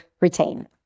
retain